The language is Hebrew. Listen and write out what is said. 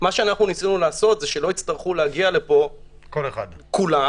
אנחנו ניסינו לעשות שלא יצטרכו להגיע לפה כולם,